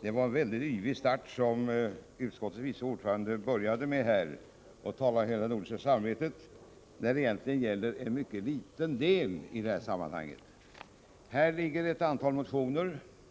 Det var en verkligt yvig början som utskottets vice ordförande inledde med när han talade om hela det nordiska samarbetet, då detta ärende egentligen bara gäller en liten del av detta. Det föreligger ett antal motioner.